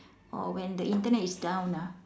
or when the Internet is down ah